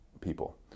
people